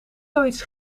zoiets